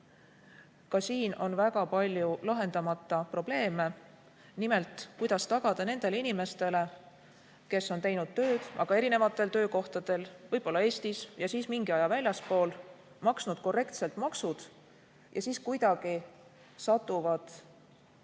ka siin on väga palju lahendamata probleeme. Nimelt, kuidas tagada nendele inimestele, kes on teinud tööd, aga erinevatel töökohtadel, võib-olla Eestis ja siis mingi aja väljaspool, maksnud korrektselt maksud, aga siis kuidagi sattunud